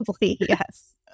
yes